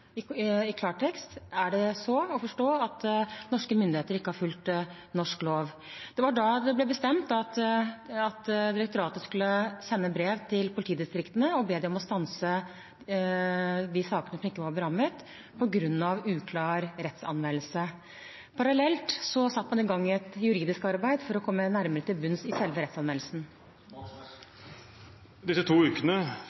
i klartekst, om det er slik å forstå at norske myndigheter ikke har fulgt norsk lov. Det var da det ble bestemt at direktoratet skulle sende brev til politidistriktene og be dem om å stanse de sakene som ikke var berammet, på grunn av uklar rettsanvendelse. Parallelt satte man i gang et juridisk arbeid for å komme nærmere til bunns i selve